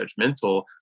judgmental